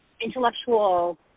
intellectual